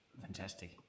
Fantastic